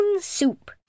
Soup